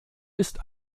ist